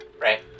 Right